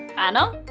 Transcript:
anna?